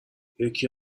یکی